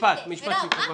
משפט סיום בבקשה.